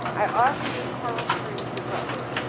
i offer you carl springs results